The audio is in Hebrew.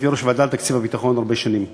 הייתי ראש הוועדה לתקציב הביטחון הרבה שנים,